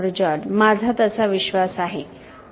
George माझा तसा विश्वास आहे डॉ